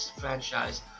franchise